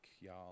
y'all